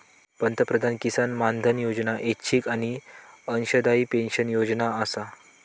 पंतप्रधान किसान मानधन योजना ऐच्छिक आणि अंशदायी पेन्शन योजना आसा